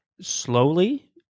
slowly